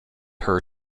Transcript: her